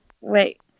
wait